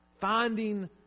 finding